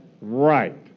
Right